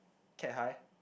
Cat High